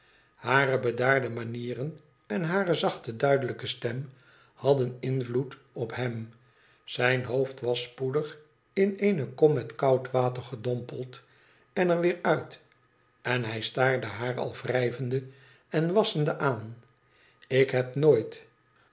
hare bedaarde manieren en hare zachte duidelijke stem hadden invloed op hem zijn hoofd was spoedig in eene kom met koud water gedompeld en er weer uit en hij staarde haar al wrijvende en wasschende aan ik heb nooit